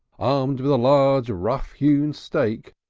armed with a large rough-hewn stake,